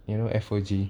you know F O G